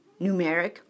numeric